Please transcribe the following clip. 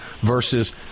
versus